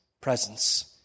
presence